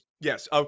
Yes